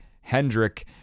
Hendrick